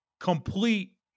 Complete